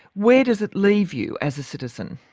where does it leave you as a citizen.